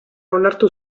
onartu